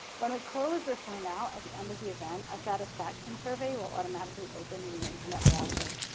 when i close this room out, at the end of the event, a satisfaction survey will automatically open and your internet browser.